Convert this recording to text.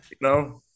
No